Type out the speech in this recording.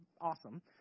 awesome